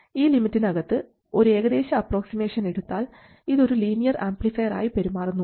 ഈ ലിമിറ്റിന് അകത്തു ഒരു ഏകദേശം അപ്രോക്സിമേഷൻ എടുത്താൽ ഇതൊരു ലീനിയർ ആംപ്ലിഫയർ ആയി പെരുമാറുന്നു